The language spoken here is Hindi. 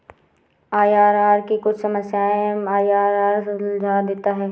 आई.आर.आर की कुछ समस्याएं एम.आई.आर.आर सुलझा देता है